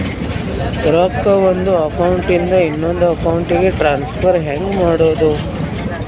ರೊಕ್ಕ ಒಂದು ಅಕೌಂಟ್ ಇಂದ ಇನ್ನೊಂದು ಅಕೌಂಟಿಗೆ ಟ್ರಾನ್ಸ್ಫರ್ ಹೆಂಗ್ ಮಾಡೋದು?